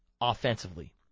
offensively